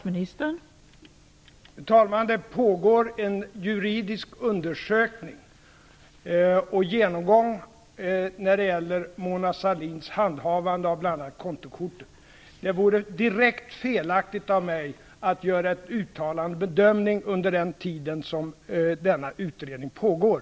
Fru talman! Det pågår en juridisk undersökning och genomgång när det gäller Mona Sahlins handhavande av bl.a. kontokorten. Det vore direkt felaktigt av mig att göra en bedömning under den tid som denna utredning pågår.